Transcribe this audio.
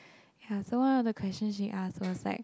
ya so one of the questions she ask was like